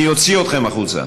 אני אוציא אתכם החוצה.